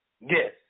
Yes